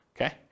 okay